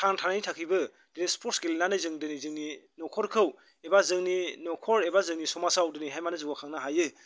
थांनानै थानायनि थाखायबो बिदि स्पर्ट्स गेलेनानै जों दिनै जोंनि न'खरखौ एबा जोंनि न'खर एबा जोंनि समाजाव दिनैहाय माने जौगाखांनो हायो